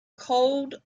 cold